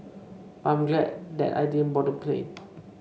but I'm glad that I didn't board the plane